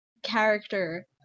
character